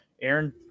aaron